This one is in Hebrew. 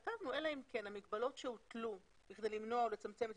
כתבנו "אלא אם כן המגבלות שהוטלו כדי למנוע או לצמצם את